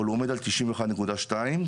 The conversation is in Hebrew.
אבל הוא עומד על תשעים ואחד נקודה שתיים,